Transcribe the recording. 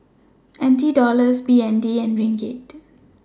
NT Dollars BND and Ringgit